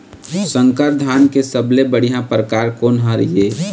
संकर धान के सबले बढ़िया परकार कोन हर ये?